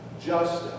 justice